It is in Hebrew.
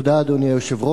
השר,